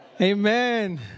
Amen